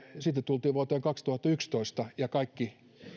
sitten tultiin vuoteen kaksituhattayksitoista ja kaikki